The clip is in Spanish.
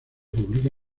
publica